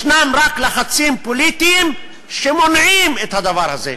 יש רק לחצים פוליטיים שמונעים את הדבר הזה.